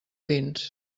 dins